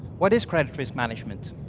what is credit risk management?